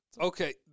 Okay